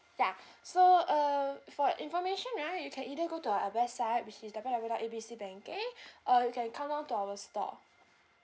ya so uh for your information right you can either go to our our website which is W W dot A B C banking or you can come down to our store